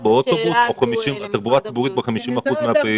באוטובוס או תחבורה ציבורית ב-50% מהפעילות.